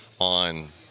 On